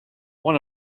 one